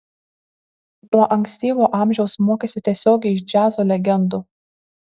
nuo ankstyvo amžiaus mokėsi tiesiogiai iš džiazo legendų